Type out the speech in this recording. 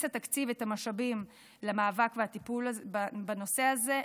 התקציב את המשאבים למאבק ולטיפול בנושא הזה,